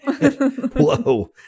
Whoa